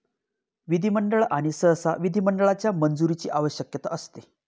विधिमंडळ आणि सहसा विधिमंडळाच्या मंजुरीची आवश्यकता असते